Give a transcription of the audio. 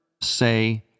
say